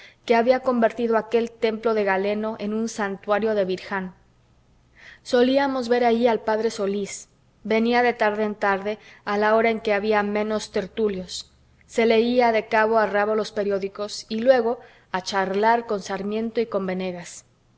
que había convertido aquel templo de galeno en un santuario de birján solíamos ver allí al p solís venía de tarde en tarde a la hora en que había menos tertulios se leía de cabo a rabo los periódicos y luego a charlar con sarmiento y con venegas